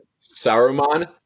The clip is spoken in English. saruman